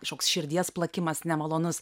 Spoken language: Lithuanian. kažkoks širdies plakimas nemalonus